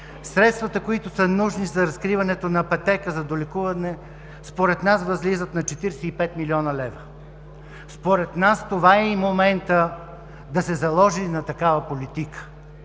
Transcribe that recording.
Средствата, които са нужни за разкриването на пътека за долекуване, според нас възлизат на 45 млн. лв. Според нас, това е и моментът да се заложи на такава политика,